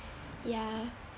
ya